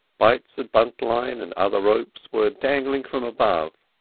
bights of buntline and other ropes were dangling from above,